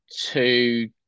two